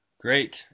Great